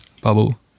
bubble